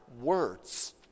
words